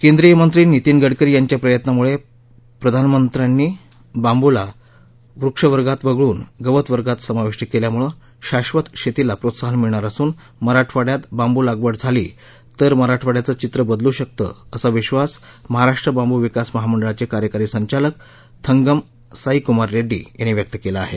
केंद्रिय मंत्री नितीन गडकरी यांच्या प्रयत्नामुळे पंतप्रधानानी बांबूला वृक्ष वर्गान वगळुन गवत वर्गात समाविष्ट केल्यामुळे शाधत शेतीला प्रोत्साहन मिळणार असून मराठवाड्यात बांबू लागवड झाली तर मराठवाड्याचं चित्र बदलू शकतं असा विक्षास मराहाष्ट्र बांबू विकास मंडळाचे कार्यकारी संचालक थंगम साईकुमार रेड्डी यांनी व्यक्त केला आहे